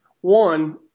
one –